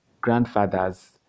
grandfathers